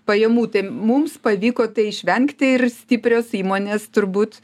pajamų tai mums pavyko išvengti ir stiprios įmonės turbūt